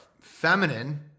feminine